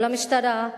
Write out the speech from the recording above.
לא למשטרה,